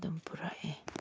ꯑꯗꯨꯝ ꯄꯨꯔꯛꯑꯦ